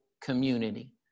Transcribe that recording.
community